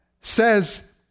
says